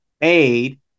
aid